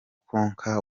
konka